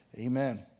Amen